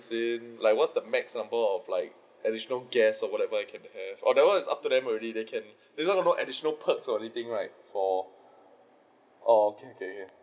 in like what is the max number of like additional guests or whatever I can have or that one is up to them already then can there is no no additional perks or anything right for oh okay okay okay